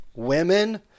Women